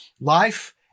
life